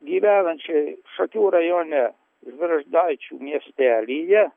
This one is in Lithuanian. gyvenančiai šakių rajone žvirgždaičių miestelyje